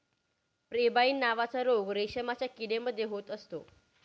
pebrine नावाचा रोग रेशमाच्या किडे मध्ये होत असतो